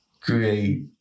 create